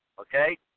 Okay